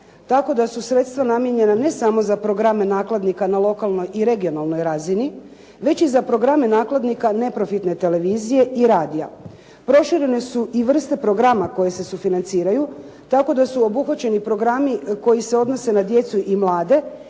tako da su sredstva namijenjena ne samo za programe nakladnika na lokalnoj i regionalnoj razini već i za programe nakladnika neprofitne televizije i radija. Proširene su i vrste programa koje se sufinanciraju tako da su obuhvaćeni programi koji se odnose na djecu i mlade